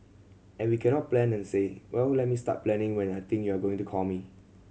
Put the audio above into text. and we cannot plan and say well let me start planning when I think you are going to call me